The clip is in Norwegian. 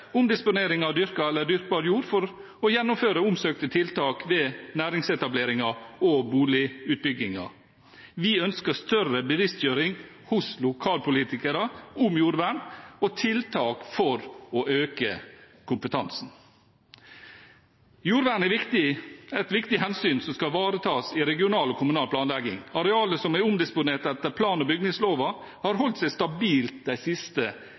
omdisponering av dyrket eller dyrkbar jord for å gjennomføre omsøkte tiltak ved næringsetableringer og boligutbygginger. Vi ønsker større bevisstgjøring hos lokalpolitikere om jordvern, og tiltak for å øke kompetansen. Jordvern er et viktig hensyn som skal ivaretas i regional og kommunal planlegging. Arealet som er omdisponert etter plan- og bygningsloven, har holdt seg stabilt de siste